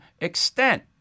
extent